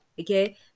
okay